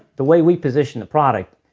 the way we position the product,